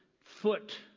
foot